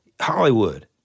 Hollywood